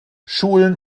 schulen